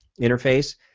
interface